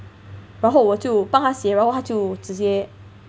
然后我就帮他写 lor 他就直接